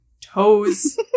toes